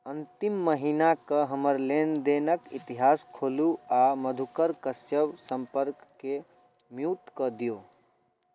अन्तिम महिना के हमर लेनदेनक इतिहास खोलू आ मधुकर कश्यप सम्पर्क के म्यूट कऽ दियौ